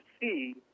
see